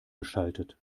geschaltet